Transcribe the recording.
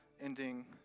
ending